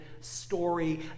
story